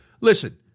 listen